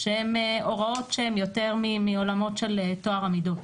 הוראות שהם יותר מעולמות של טוהר המידות.